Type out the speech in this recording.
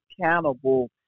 accountable